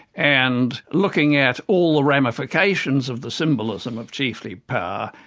and looking at all ramifications of the symbolism of chiefly power,